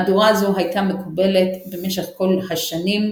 מהדורה זו הייתה מקובלת במשך כל השנים,